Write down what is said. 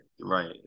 Right